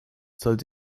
soll